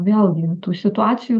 vėlgi tų situacijų